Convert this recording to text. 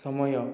ସମୟ